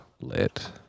Lit